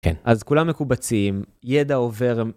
כן, אז כולם מקובצים, ידע עובר.